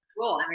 Cool